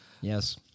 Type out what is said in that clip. Yes